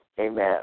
Amen